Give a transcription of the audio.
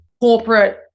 corporate